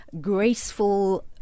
graceful